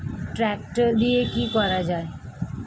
Tractor দিয়ে কি করা যায়?